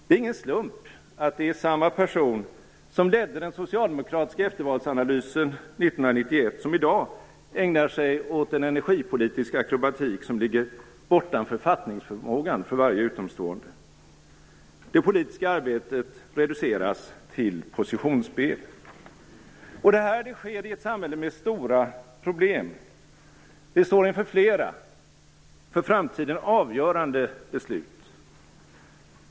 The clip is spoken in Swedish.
Det är ingen slump att det är samma person som ledde den socialdemokratiska eftervalsanalysen 1991 som i dag ägnar sig åt en energipolitisk akrobatik som ligger bortanför fattningsförmågan för varje utomstående. Det politiska arbetet reduceras till positionsspel. Detta sker i ett samhälle med stora problem. Vi står inför flera för framtiden avgörande beslut.